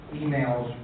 emails